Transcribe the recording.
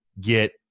get